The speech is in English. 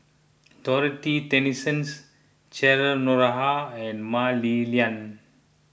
Dorothy Tessensohn Cheryl Noronha and Mah Li Lian